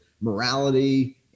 morality